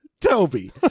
toby